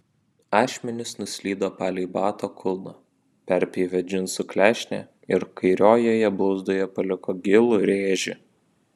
ašmenys nuslydo palei bato kulną perpjovė džinsų klešnę ir kairiojoje blauzdoje paliko gilų rėžį